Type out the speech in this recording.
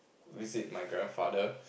visit my grandfather